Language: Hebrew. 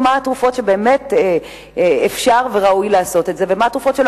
יבדקו מה התרופות שבאמת אפשר וראוי לעשות את זה לגביהן ומה התרופות שלא.